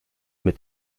mit